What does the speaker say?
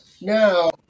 Now